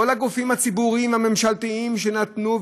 כל הגופים הציבוריים והממשלתיים שנתנו,